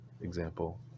example